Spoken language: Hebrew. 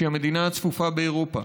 שהיא המדינה הצפופה באירופה,